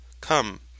come